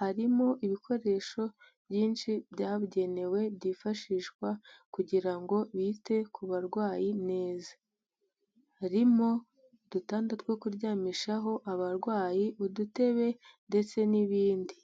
harimo ibikoresho byinshi byabugenewe byifashishwa kugira ngo bite ku barwayi neza, harimo udutanda two kuryamishaho abarwayi, udutebe ndetse n'ibindi.